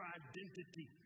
identity